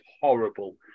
horrible